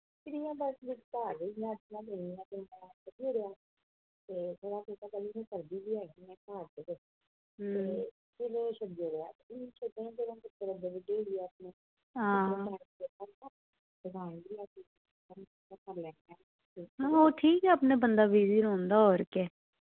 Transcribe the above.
हां हां ओ ठीक ऐ अपने बंदा बिजी रौंह्दा और केह्